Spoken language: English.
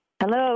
Hello